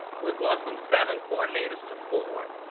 we're going from seven coordinators to four,